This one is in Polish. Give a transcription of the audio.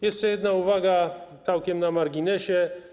Jeszcze jedna uwaga, całkiem na marginesie.